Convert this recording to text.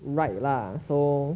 right lah so